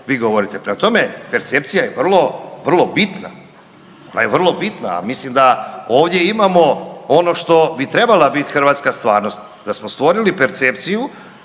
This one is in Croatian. vi govorite. Prema tome, percepcija je vrlo vrlo bitna, ona je vrlo bitna. Mislim da ovdje imamo ono što bi trebala bit hrvatska stvarnost, da smo stvorili percepciju